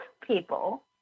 people